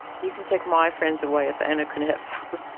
you can take my friends away if anna can have some.